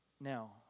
Now